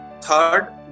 Third